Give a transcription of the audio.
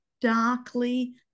darkly